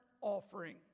offering